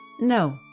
No